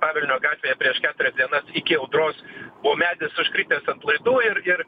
pavilnio gatvėje prieš keturias dienas iki audros buvo medis užkritęs ant laidų ir ir